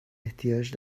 احتیاج